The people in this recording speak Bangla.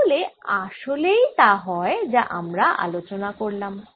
তাহলে আসলেই তা হয় যা আমরা আলোচনা করলাম